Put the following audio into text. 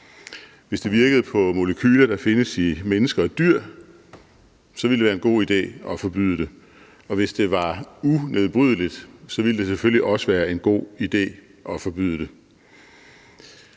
Hvis det virkede på molekyler, som findes i mennesker og dyr, så ville det være en god idé at forbyde det, og hvis det var unedbrydeligt, ville det selvfølgelig også være en god idé at forbyde det.